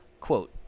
quote